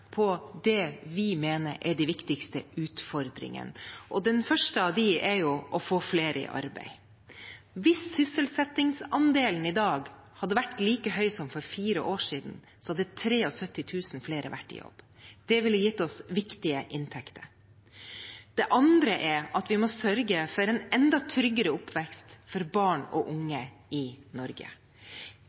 på det vi mener er de viktigste utfordringene. Den første av dem er å få flere i arbeid. Hvis sysselsettingsandelen i dag hadde vært like høy som for fire år siden, hadde 73 000 flere vært i jobb. Det ville gitt oss viktige inntekter. Den andre utfordringen er at vi må sørge for en enda tryggere oppvekst for barn og unge i Norge.